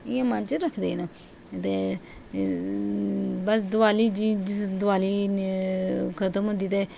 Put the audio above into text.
इ'यां मन च रखदे न ते बस दवाली जिस दवाली खत्म होंदी ते